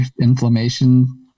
inflammation